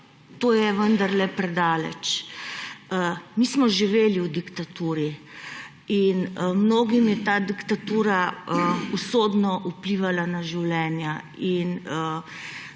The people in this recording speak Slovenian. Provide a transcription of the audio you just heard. to je vendarle predaleč. Mi smo živeli v diktaturi in mnogim je ta diktatura usodno vplivala na življenja.